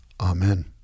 Amen